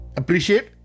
appreciate